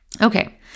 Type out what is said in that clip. Okay